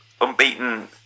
Unbeaten